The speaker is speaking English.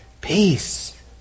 peace